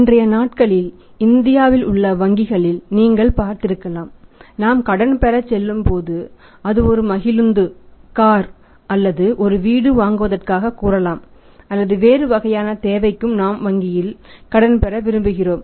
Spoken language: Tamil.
இன்றைய நாட்களில் இந்தியாவில் உள்ள வங்கிகளில் நீங்கள் பார்த்திருக்கலாம் நாம் கடன் பெறச் செல்லும்போது அது ஒரு கார் அல்லது ஒரு வீடு வாங்குவதற்காக கூறலாம் அல்லது வேறு வகையான தேவைக்கு நாம் வங்கியில் கடன் பெற விரும்புகிறோம்